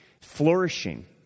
flourishing